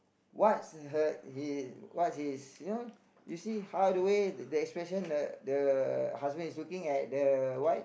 what's her his what's his you know you see how the way the expression the the husband is looking at the wife